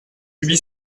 huit